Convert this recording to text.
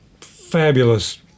fabulous